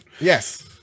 Yes